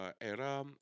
era